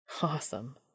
Awesome